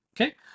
Okay